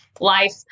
life